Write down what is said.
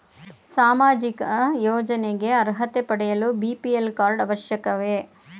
ಸಾಮಾಜಿಕ ಯೋಜನೆಗೆ ಅರ್ಹತೆ ಪಡೆಯಲು ಬಿ.ಪಿ.ಎಲ್ ಕಾರ್ಡ್ ಅವಶ್ಯಕವೇ?